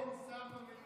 אין שר במליאה.